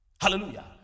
Hallelujah